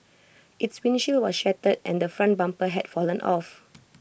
its windshield was shattered and the front bumper had fallen off